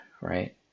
right